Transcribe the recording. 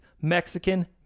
Mexican